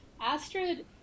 Astrid